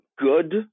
good